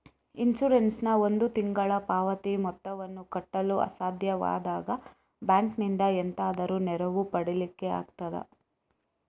Insurance ನ ಒಂದು ತಿಂಗಳ ಪಾವತಿ ಮೊತ್ತವನ್ನು ಕಟ್ಟಲು ಅಸಾಧ್ಯವಾದಾಗ ಬ್ಯಾಂಕಿನಿಂದ ಎಂತಾದರೂ ನೆರವು ಪಡಿಲಿಕ್ಕೆ ಆಗ್ತದಾ?